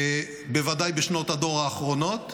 בוודאי בשנות הדור האחרונות.